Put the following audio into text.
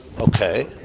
Okay